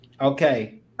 Okay